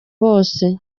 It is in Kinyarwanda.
bose